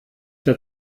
der